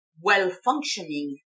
well-functioning